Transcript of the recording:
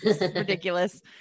ridiculous